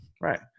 Right